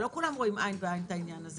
לא כולם רואים עין בעין את העניין הזה,